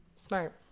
Smart